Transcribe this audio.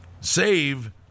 save